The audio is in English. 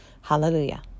Hallelujah